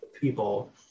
people